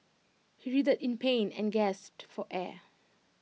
he writhed in pain and gasped for air